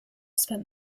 spent